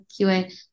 qa